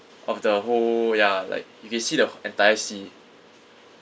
of the whole ya like you can see the wh~ entire sea